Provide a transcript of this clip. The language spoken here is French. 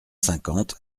cinquante